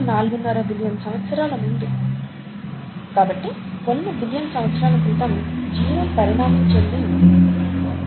5 billion సంవత్సరాల ముందు కాబట్టి కొన్ని బిలియన్ సంవత్సరాల క్రితం జీవం పరిణామం చెంది ఉంటుంది